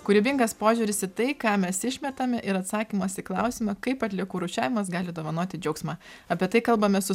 kūrybingas požiūris į tai ką mes išmetam ir atsakymas į klausimą kaip atliekų rūšiavimas gali dovanoti džiaugsmą apie tai kalbamės su